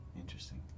Interesting